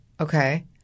Okay